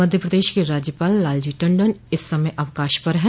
मध्य प्रदेश के राज्यपाल लाल जी टंडन इस समय अवकाश पर हैं